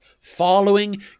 following